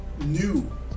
New